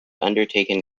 undertaken